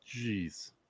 Jeez